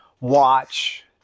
watch